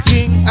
King